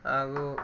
ಹಾಗೂ